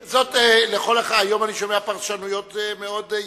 היום אני שומע פרשנויות מאוד יצירתיות,